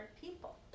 people